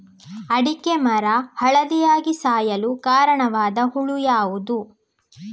ಅಡಿಕೆ ಮರ ಹಳದಿಯಾಗಿ ಸಾಯಲು ಕಾರಣವಾದ ಹುಳು ಯಾವುದು?